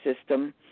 system